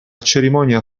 cerimonia